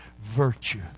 virtue